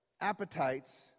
appetites